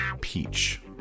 peach